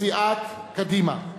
מסיעת קדימה.